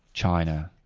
china,